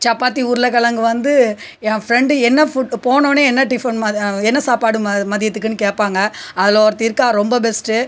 சப்பாத்தி உருளை கிழங்கு வந்து என் ஃப்ரண்டு என்ன ஃபுட் போனஉட்னே என்ன டிஃபன் அது என்ன சாப்பாடு ம மதியத்துக்குனு கேட்பாங்க அதில் ஒருத்தியிருக்கால் ரொம்ப பெஸ்ட்டு